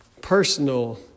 personal